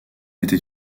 était